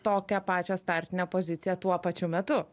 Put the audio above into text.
tokią pačią startinę poziciją tuo pačiu metu